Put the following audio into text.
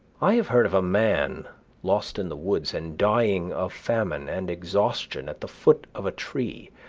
i have heard of a man lost in the woods and dying of famine and exhaustion at the foot of a tree,